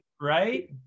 right